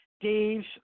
Dave's